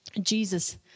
Jesus